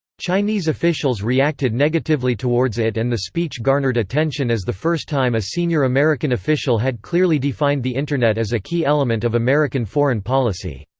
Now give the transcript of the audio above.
chinese officials reacted negatively towards it and the speech garnered attention as the first time a senior american official had clearly defined the internet as a key element of american foreign policy.